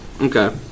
Okay